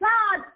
God